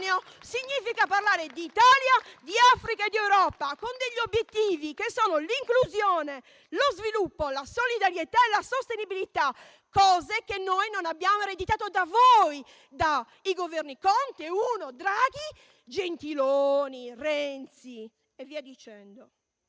significa parlare d'Italia, di Africa e di Europa con obiettivi che sono l'inclusione, lo sviluppo, la solidarietà e la sostenibilità, cose che noi non abbiamo ereditato da voi, dai Governi Conte I e II, Draghi, Gentiloni Silveri, Renzi e via dicendo.